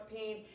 pain